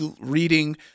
reading